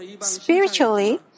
Spiritually